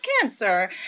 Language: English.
cancer